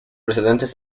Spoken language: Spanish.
precedentes